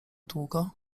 długo